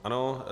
Ano.